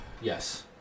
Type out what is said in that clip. yes